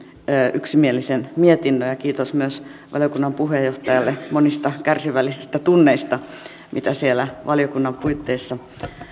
yksimielisen mietinnön ja kiitos myös valiokunnan puheenjohtajalle monista kärsivällisistä tunneista mitä siellä valiokunnan puitteissa